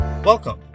Welcome